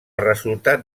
resultat